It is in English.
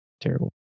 terrible